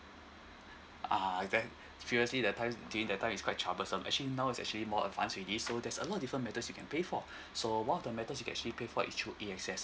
ah if then previously that time during that time it's quite troublesome actually now it's actually more advance already so there's a lot of different methods you can pay for so one of the method is you can actually pay for it through A_X_S